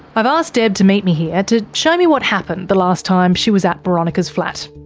i've asked deb to meet me here to show me what happened the last time she was at boronika's flat.